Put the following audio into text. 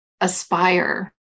aspire